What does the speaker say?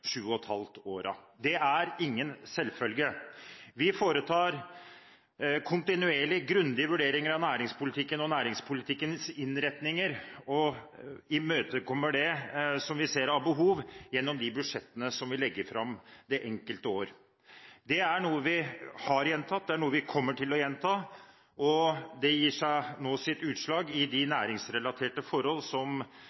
sju og et halvt årene. Det er ingen selvfølge. Vi foretar kontinuerlig grundige vurderinger av næringspolitikken og næringspolitikkens innretninger og imøtekommer det som vi ser av behov, gjennom de budsjettene som vi legger fram det enkelte år. Det er noe vi har gjentatt, og det er noe vi kommer til å gjenta, og det gir seg utslag i de